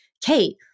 Kate